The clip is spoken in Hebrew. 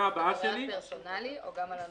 על הפרסונלי, או גם על אנונימי?